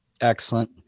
Excellent